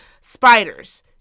spiders